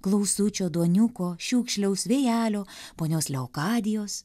klausučio duoniuko šiukšliaus vėjelio ponios leokadijos